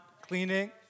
cleaning